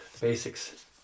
basics